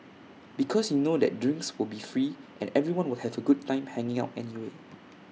because you know that drinks will be free and everyone will have A good time hanging out anyway